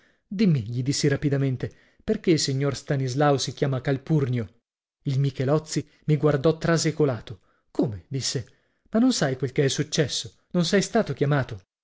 lui dimmi gli dissi rapidamente perché il signor stanislao si chiama calpurnio il michelozzi mi guardò trasecolato come disse ma non sai quel che è successo non sei stato chiamato